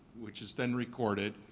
which is then recorded,